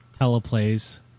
teleplays